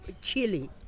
chili